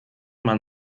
man